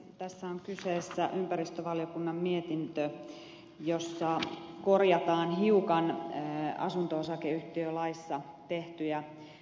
tässä on kyseessä ympäristövaliokunnan mietintö jossa korjataan hiukan asunto osakeyhtiölaissa tehtyjä päätöksiä